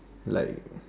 like